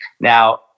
Now